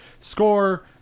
score